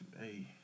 Hey